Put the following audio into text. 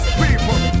people